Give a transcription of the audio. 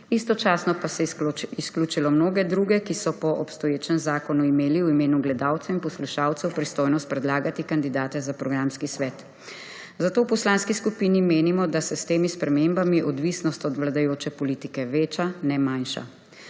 istočasno pa se je izključilo mnoge druge, ki so po obstoječem zakonu imeli v imenu gledalcev in poslušalcev pristojnost predlagati kandidate za programski svet. Zato v poslanski skupini menimo, da se s temi spremembami odvisnost od vladajoče politike veča, ne pa manjša.